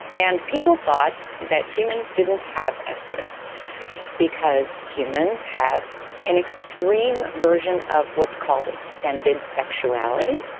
and people thought that humans didn't have oestrus because humans have an extreme version of what is called extended sexuality,